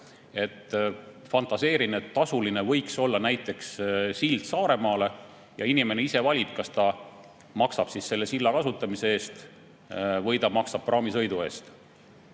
Fantaseerin, et tasuline võiks olla näiteks sild Saaremaale, inimene ise valib, kas ta maksab selle silla kasutamise eest või ta maksab praamisõidu eest.